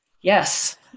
yes